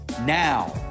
now